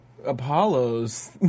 Apollo's